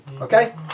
Okay